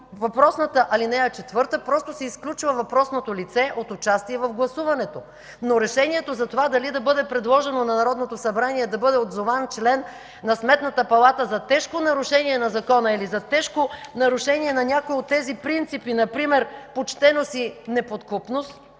въпросната ал. 4 просто се изключва въпросното лице от участие в гласуването, но решението за това дали да бъде предложено на Народното събрание да бъде отзован член на Сметната палата за тежко нарушение на Закона или за тежко нарушение на някои от тези принципи, например „почтеност и неподкупност”,